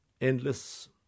endless